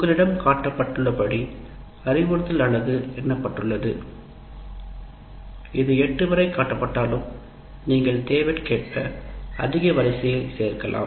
உங்களிடம் காட்டப்பட்டுள்ளபடி அறிவுறுத்தல் அலகு எண்ணப்பட்டுள்ளது இது 8 வரை காட்டப்பட்டாலும் நீங்கள் தேவைக்கேற்ப அதிக வரிசையில் சேர்க்கலாம்